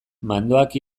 mandoak